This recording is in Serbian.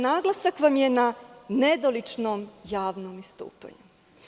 Naglasak vam je na nedoličnom javnom istupanju.